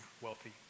wealthy